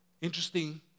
Interesting